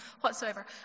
whatsoever